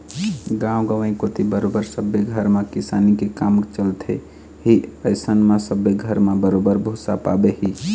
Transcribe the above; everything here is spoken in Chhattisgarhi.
गाँव गंवई कोती बरोबर सब्बे घर म किसानी के काम चलथे ही अइसन म सब्बे घर म बरोबर भुसा पाबे ही